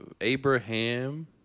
Abraham